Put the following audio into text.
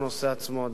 אדוני השר,